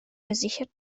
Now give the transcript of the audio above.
gesichert